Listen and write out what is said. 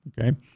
okay